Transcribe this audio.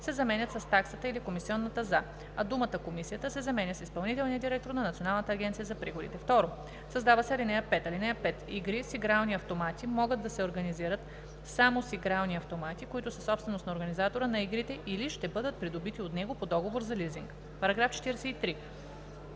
се заменят с „таксата или комисионната за“, а думата „Комисията“ се заменя с „изпълнителния директор на Националната агенция за приходите“. 2. Създава се ал. 5: „(5) Игри с игрални автомати могат да се организират само с игрални автомати, които са собственост на организатора на игрите или ще бъдат придобити от него по договор за лизинг.“ По § 43